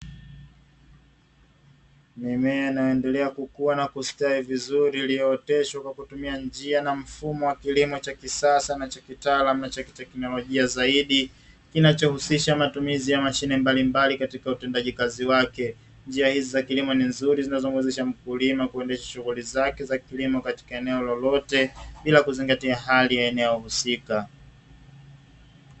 Mimea inayoendelea kukua na kustawi vizuri iliyooteshwa kwa kutumia njia na mfumo wa kilimo cha kisasa na cha kitaalamu na cha kiteknolojia zaidi, kinachohusisha matumizi ya mashine mbalimbali katika utendaji kazi wake. Njia hizi za kilimo ni nzuri zinazomuwezesha mkulima kuendesha shughuli zake za kilimo katika eneo lolote bila kuzingatia hali ya eneo husika.